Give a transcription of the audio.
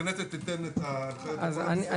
הכנסת תיתן את ההנחיות ל --- אני